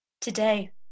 today